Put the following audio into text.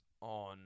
on